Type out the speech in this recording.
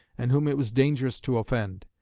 and whom it was dangerous to offend.